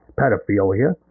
pedophilia